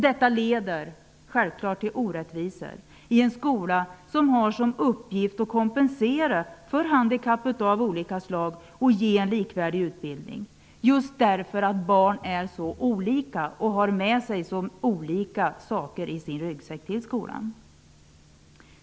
Detta leder självfallet till orättvisor i en skola som har till uppgift att kompensera för handikapp av olika slag och ge en likvärdig utbildning, just därför att barn är så olika och har med sig så olika saker i sin ryggsäck till skolan.